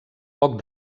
poc